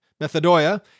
methodoia